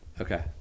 Okay